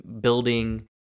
building